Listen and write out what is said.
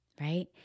right